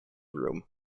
room